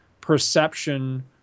perception